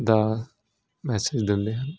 ਦਾ message ਦਿੰਦੇ ਹਨ